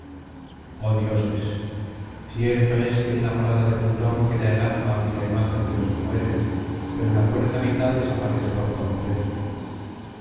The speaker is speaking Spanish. dioses cierto es que en la morada de plutón queda el alma y la imagen de los que mueren pero la fuerza vital desaparece por completo